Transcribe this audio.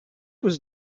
was